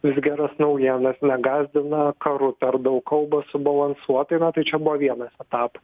vis geras naujienas negąsdina karu per daug kalba subalansuotai na tai čia buvo vienas etapas